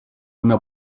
una